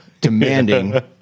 demanding